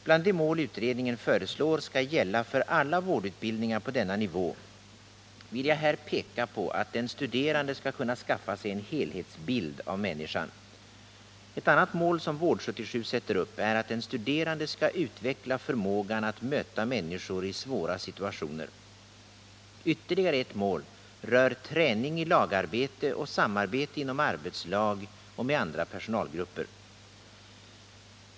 Bland de mål utredningen föreslår skall gälla för alla vårdutbildningar på denna nivå vill jag här peka på att den studerande skall kunna skaffa sig en helhetsbild av människan. Ett annat mål som Vård 77 sätter upp är att den studerande skall utveckla förmågan att möta människor i svåra situationer. Ytterligare ett mål rör träning i lagarbete och samarbete inom arbetslag och med andra personalgrupper.